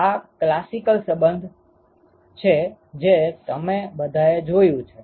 આ ક્લાસિકલ સંબંધ છે જે તમે બધાએ જોયું છે